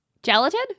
Gelatin